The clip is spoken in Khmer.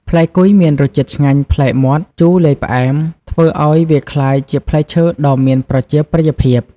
ផ្លែគុយមានរសជាតិឆ្ងាញ់ប្លែកមាត់ ជូរលាយផ្អែម ធ្វើឱ្យវាក្លាយជាផ្លែឈើដ៏មានប្រជាប្រិយភាព។